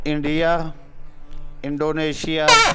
India Indonesia